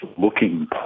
looking